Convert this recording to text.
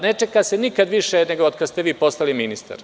Ne čeka se nikad više nego od kad ste vi postali ministar.